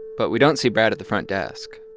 but we don't see brad at the front desk.